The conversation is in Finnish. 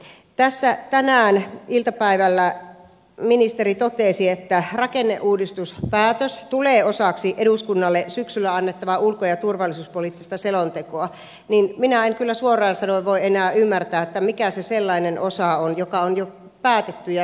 kun tässä tänään iltapäivällä ministeri totesi että rakenneuudistuspäätös tulee osaksi eduskunnalle syksyllä annettavaa ulko ja turvallisuuspoliittista selontekoa niin minä en kyllä suoraan sanoen voi enää ymmärtää mikä se sellainen osa on joka on jo päätetty ja siunattu